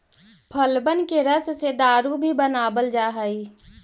फलबन के रस से दारू भी बनाबल जा हई